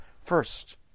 first